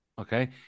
Okay